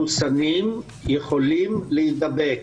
אנחנו מבינים שמחוסנים יכולים להידבק.